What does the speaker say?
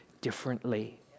differently